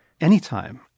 anytime